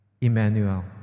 Emmanuel